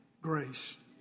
grace